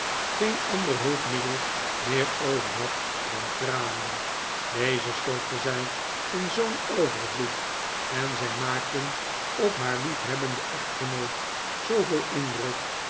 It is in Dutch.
geen ander hulpmiddel meer over had dan tranen deze stortte zij in zoo'n overvloed en zij maakten op haar liefhebbenderi echtgenoot zooveel indruk